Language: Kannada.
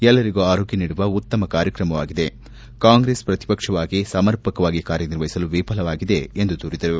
ಎಲ್ಲರಿಗೂ ಆರೋಗ್ಲ ನೀಡುವ ಉತ್ತಮ ಕಾರ್ಯಕ್ರಮವಾಗಿದೆ ಕಾಂಗ್ರೆಸ್ ಪ್ರತಿಪಕ್ಷವಾಗಿ ಸಮರ್ಪಕವಾಗಿ ಕಾರ್ಯನಿರ್ವಹಿಸಲು ವಿಫಲವಾಗಿದೆ ಎಂದು ದೂರಿದರು